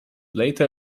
later